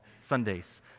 Sundays